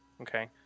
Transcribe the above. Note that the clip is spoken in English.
okay